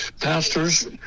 pastors